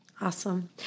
Awesome